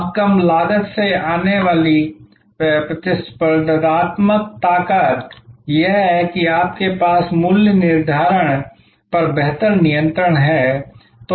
अब कम लागत से आने वाली प्रतिस्पर्धात्मक ताकत यह है कि आपके पास मूल्य निर्धारण पर बेहतर नियंत्रण है